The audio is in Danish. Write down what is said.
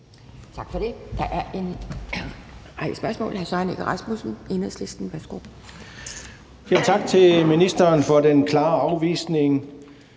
Tak for det. Der er et par